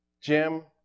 Jim